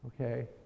okay